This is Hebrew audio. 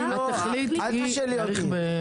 אל תשאלי אותי.